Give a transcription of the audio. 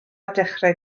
dechrau